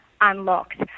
unlocked